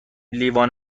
لیوان